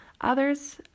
Others